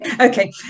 Okay